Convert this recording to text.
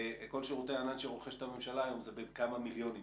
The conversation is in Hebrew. כל שירותי הענן שרוכשת הממשלה זה בכמה מיליונים בודדים.